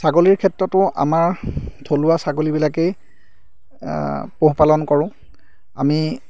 ছাগলীৰ ক্ষেত্ৰতো আমাৰ থলুৱা ছাগলীবিলাকেই পোহপালন কৰোঁ আমি